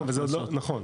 נכון וזה עוד לא, נכון.